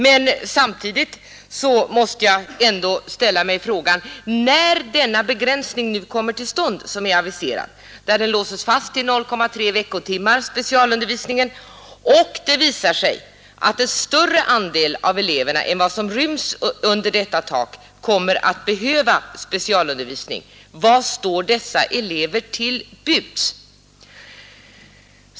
Men samtidigt måste jag ändå ställa min fråga: När den aviserade begränsning kommer till stånd där specialundervisningen låses fast till 0,3 ; veckotimmar och det visar sig att en större andel av eleverna än som ryms under detta tak behöver specialundervisning, vad står då dessa elever till buds?